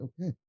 okay